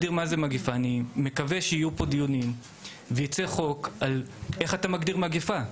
אני מקווה שיצא חוק שאומר איך מגדירים מגיפה.